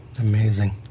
amazing